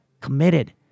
committed